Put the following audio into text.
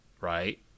right